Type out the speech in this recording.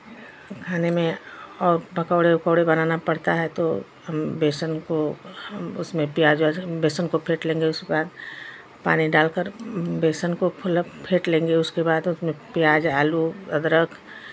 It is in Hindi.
खाने में और पकौड़े उकौड़े बनाना पड़ता है तो हम बेसन को हम उसमें प्याज उआज बेसन को फेंट लेंगे उसके बाद पानी डालकर बेसन को थोड़ा फेंट लेंगे उसके बाद उसमें प्याज आलू अदरक